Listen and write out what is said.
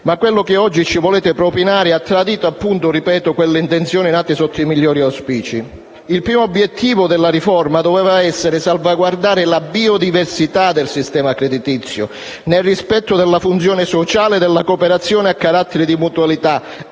Ma quello che oggi ci volete propinare ha tradito quelle intenzioni, nate sotto i migliori auspici. Il primo obiettivo della riforma doveva essere salvaguardare la biodiversità del sistema creditizio, nel rispetto della funzione sociale della cooperazione a carattere di mutualità,